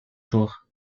jours